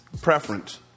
preference